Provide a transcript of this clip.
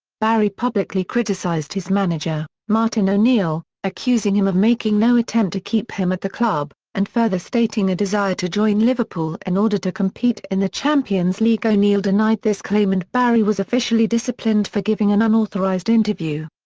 barry publicly criticised his manager, martin o'neill, accusing him of making no attempt to keep him at the club, and further stating a desire to join liverpool in and order to compete in the champions league. o'neill denied this claim and barry was officially disciplined for giving an unauthorised interview.